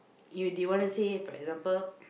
if they wanna say for example